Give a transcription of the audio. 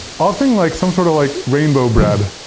ah some like some sort of like rainbow bread.